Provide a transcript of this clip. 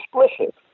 explicit